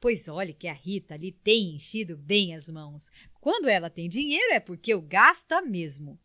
pois olhe que a rita lhe tem enchido bem as mãos quando ela tem dinheiro é porque o gasta mesmo